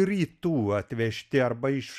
rytų atvežti arba iš